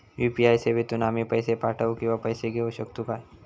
UPI सेवेतून आम्ही पैसे पाठव किंवा पैसे घेऊ शकतू काय?